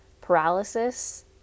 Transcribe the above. paralysis